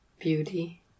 beauty